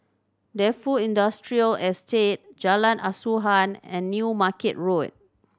Defu Industrial Estate Jalan Asuhan and New Market Road